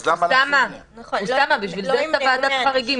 אז למה --- למה צריך ועדת חריגים?